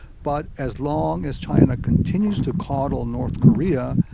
but as long as china continues to coddle north korea,